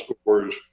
scores